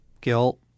guilt